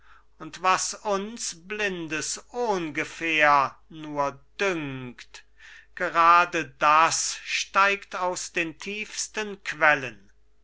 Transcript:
und was uns blindes ohngefähr nur dünkt gerade das steigt aus den tiefsten quellen